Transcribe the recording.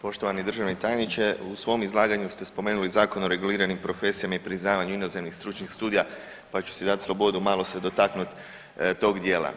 Poštovanje državne tajniče, u svom izlaganju ste spomenuli Zakon o reguliranim profesijama i priznavanju inozemnih stručnih studija, pa ću si dat slobodu i malo se dotaknut tog dijela.